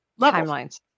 timelines